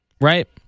right